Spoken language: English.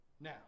Now